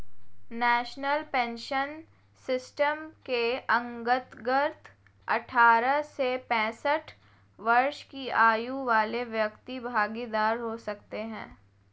national pension system के अंतर्गत अठारह से पैंसठ वर्ष की आयु वाले व्यक्ति भागीदार हो सकते हैं